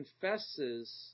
confesses